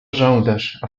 żądasz